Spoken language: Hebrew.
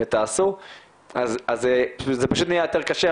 זה פשוט נהיה יותר קשה,